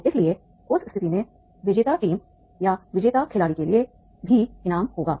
तो इसलिए उस स्थिति में विजेता टीम या विजेता खिलाड़ी के लिए भी इनाम होगा